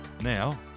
Now